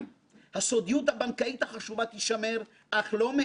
תוקם ועדה חדשה בכנסת לפיקוח על הרגולטורים